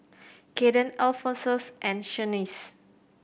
Kaden Alphonsus and Shanice